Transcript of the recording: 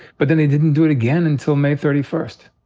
but then they didn't do it again until may thirty first.